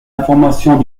informations